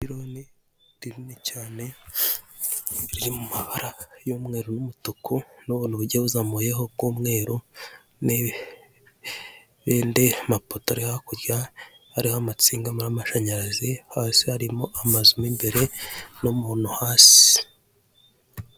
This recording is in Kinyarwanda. Ipironi nini cyane riri mu mabara y'umweru n'umutuku n'ubuntu bugiye buzamuyeho bw'umweru, n'ibindi apoto ari hakurya hariya amatsinga n'amashanyarazi hasi harimo amazu mo imbere n'umuntu hasi.